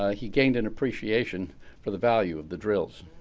ah he gained an appreciation for the value of the drills.